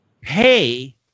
pay